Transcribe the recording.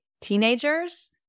teenagers